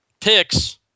picks